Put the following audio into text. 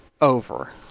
Over